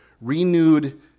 renewed